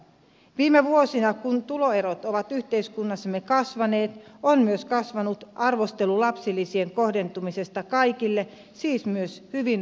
viime vuosina kun tuloerot ovat yhteiskunnassamme kasvaneet on myös kasvanut arvostelu lapsilisien kohdentumisesta kaikille siis myös hyvin varakkaille perheille